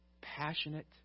passionate